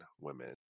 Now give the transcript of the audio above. women